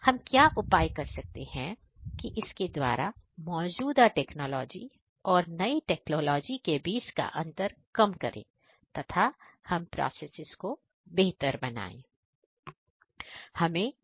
हम क्या उपाय कर सकते हैं इसके द्वारा मौजूदा टेक्नोलॉजी और नई टेक्नोलॉजी के बीच का अंतर काम करें तथा हम प्रोसेसेस को ज्यादा बेहतर बनाएं